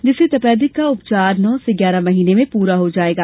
जिससे तपैदिक का उपचार नौ से ग्यारह महीने में पूरा हो जाएगा